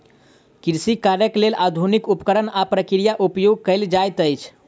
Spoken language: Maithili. कृषि कार्यक लेल आधुनिक उपकरण आ प्रक्रिया उपयोग कयल जाइत अछि